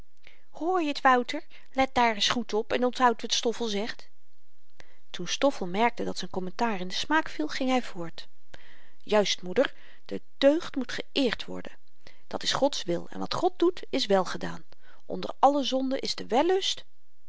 hoorje t wouter let daar ns goed op en onthoud wat stoffel zegt toen stoffel merkte dat z'n kommentaar in den smaak viel ging hy voort juist moeder de deugd moet geëerd worden dat is gods wil en wat god doet is welgedaan onder alle zonden is de wellust